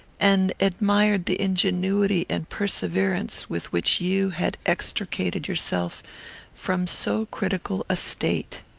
and admired the ingenuity and perseverance with which you had extricated yourself from so critical a state.